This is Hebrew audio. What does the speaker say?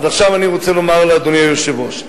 אז עכשיו אני רוצה לומר לאדוני היושב-ראש: